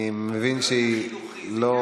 אני מבין שהיא לא